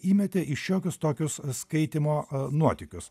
įmetė į šiokius tokius skaitymo nuotykius